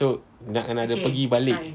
so nak kena ada pergi balik